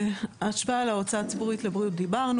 על ההשפעה על ההוצאה הציבורית לבריאות דיברנו.